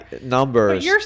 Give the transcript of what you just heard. numbers